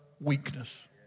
weakness